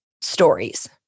stories